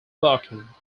barking